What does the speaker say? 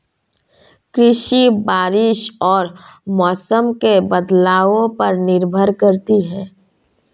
कृषि बारिश और मौसम के बदलाव पर निर्भर करती है